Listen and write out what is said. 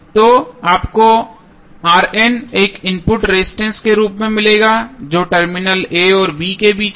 तो आपको एक इनपुट रेजिस्टेंस के रूप में मिलेगा जो टर्मिनल a और b के बीच होगा